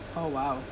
oh !wow!